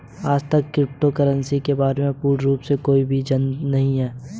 आजतक crypto currency के बारे में पूर्ण रूप से कोई भी नहीं जानता है